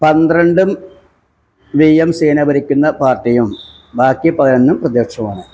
പണ്ട്രണ്ടും വി എം സീന ഭരിക്കുന്ന പാര്ട്ടിയും ബാക്കി പതിനൊന്നും പ്രതിപക്ഷവുമാണ്